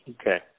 Okay